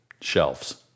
shelves